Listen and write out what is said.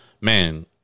man